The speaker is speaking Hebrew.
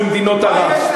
במדינות ערב.